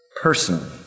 personally